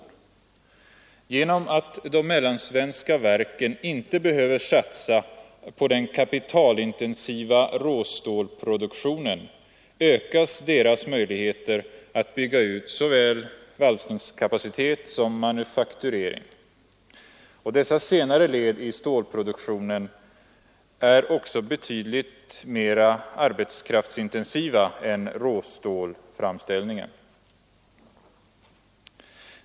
På grund av att de mellansvenska verken inte behöver satsa på den kapitalintensiva råstålsproduktionen ökas deras möjligheter att bygga ut såväl valsningskapacitet som manufakturering. Dessa senare led i stålproduktionen är också betydligt mer arbetskraftsintensiva än råstålsframställningen.